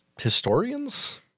historians